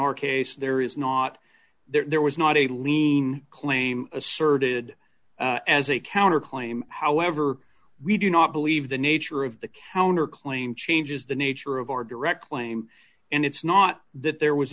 our case there is not there was not a lien claim asserted as a counter claim however we do not believe the nature of the counter claim changes the nature of our direct claim and it's not that there was